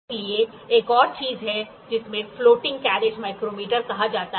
इसलिए एक और चीज है जिसे फ्लोटिंग कैरिज माइक्रोमीटर कहा जाता है